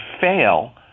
fail